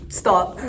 stop